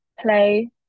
play